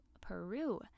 peru